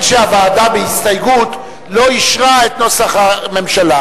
שהוועדה בהסתייגות לא אישרה את נוסח הממשלה,